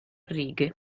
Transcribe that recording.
righe